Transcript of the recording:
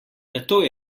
nato